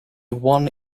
one